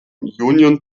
union